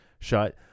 shut